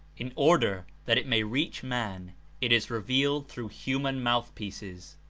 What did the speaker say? in order that it may reach man it is revealed through human mouth-pieces.